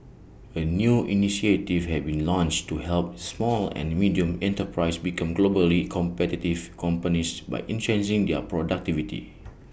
A new initiative have been launched to help small and medium enterprises become globally competitive companies by their productivity